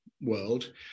world